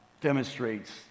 demonstrates